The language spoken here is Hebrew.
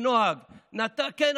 כן,